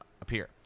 appear